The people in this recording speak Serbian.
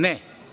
Ne.